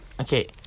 Okay